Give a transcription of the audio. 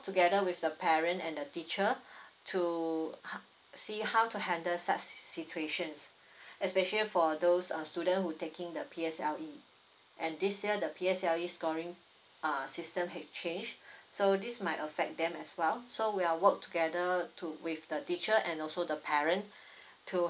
together with the parent and the teacher to ho~ see how to handle such si~ situation especially for those uh student who taking the P_S_L_E and this year the P_L_S_E scoring uh system had change so this might affect them as well so we're work together to with the teacher and also the parent to